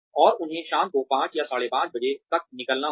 और उन्हें शाम को 500 या 530 बजे तक निकलना होगा